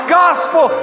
gospel